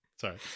sorry